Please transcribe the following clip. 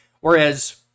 Whereas